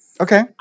Okay